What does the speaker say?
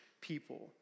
people